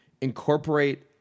incorporate